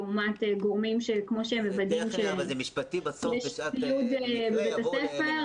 לעומת גורמים שכמו שהם מוודאים שיש ציוד בבית הספר,